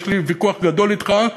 יש לי ויכוח גדול אתך,